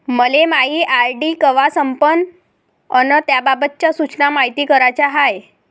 मले मायी आर.डी कवा संपन अन त्याबाबतच्या सूचना मायती कराच्या हाय